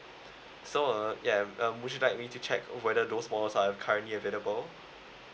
so uh ya and um would you like me to check whether those malls are currently available